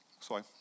Sorry